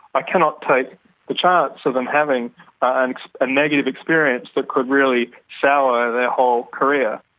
i cannot take the chance of them having and a negative experience that could really sour their whole career.